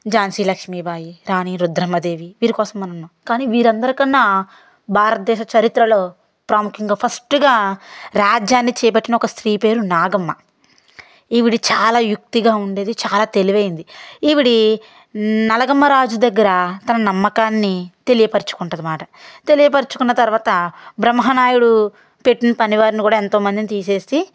ఝాన్సీ లక్ష్మీబాయి రాణి రుద్రమదేవి వీరి కోసం అన్నాం కానీ వీరి అందరికన్నా భారతదేశ చరిత్రలో ప్రాముఖ్యంగా ఫస్ట్గా రాజ్యాన్ని చేపట్టిన ఒక స్త్రీ పేరు నాగమ్మ ఈవిడ చాలా యుక్తిగా ఉండేది చాలా తెలివైనది ఈవిడ నలగామ రాజు దగ్గర తన నమ్మకాన్ని తెలియపరచుకుంటుందనమాట తెలియపరచుకున్న తర్వాత బ్రహ్మనాయుడు పెట్టిన పని వారిని కూడా ఎంతోమందిని తీసేసి